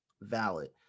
valid